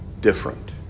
different